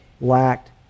lacked